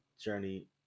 journey